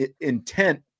intent